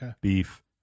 beef